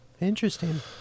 Interesting